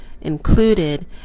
included